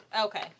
Okay